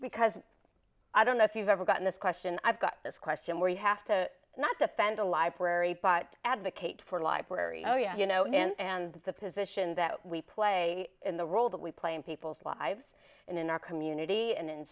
because i don't know if you've ever gotten this question i've got this question where you have to not defend a library but advocate for library oh yeah you know and that's the position that we play in the role that we play in people's lives and in our community and in